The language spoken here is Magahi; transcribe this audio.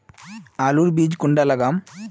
आलूर बीज कुंडा लगाम?